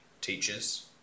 teachers